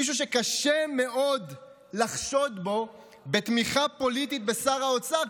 מישהו שקשה מאוד לחשוד בו בתמיכה פוליטית בשר האוצר,